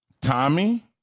Tommy